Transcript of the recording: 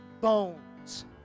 bones